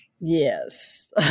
Yes